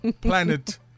planet